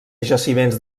jaciments